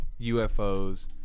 UFOs